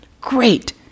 Great